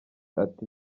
ati